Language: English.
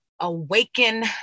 awaken